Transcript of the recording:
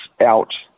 out